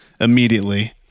immediately